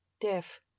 death